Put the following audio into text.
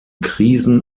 krisen